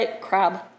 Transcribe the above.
crab